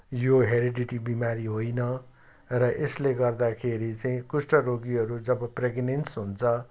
यो हेरिडिटी बिमारी होइन र यसले गर्दाखेरि चाहिँ कुष्ठरोगीहरू जब प्रेग्नेन्स हुन्छ